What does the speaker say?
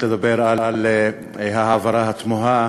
לדבר על ההעברה התמוהה